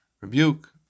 Rebuke